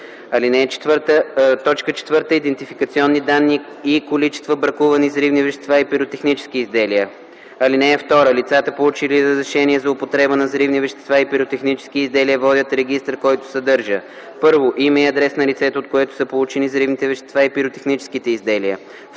им; 4. идентификационни данни и количества бракувани взривни вещества и пиротехнически изделия. (2) Лицата, получили разрешение за употреба на взривни вещества и пиротехнически изделия, водят регистър, който съдържа: 1. име и адрес на лицето, от което са получени взривните вещества и пиротехническите изделия;